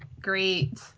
Great